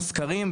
או סקרים,